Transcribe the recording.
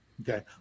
Okay